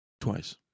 Twice